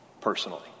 personally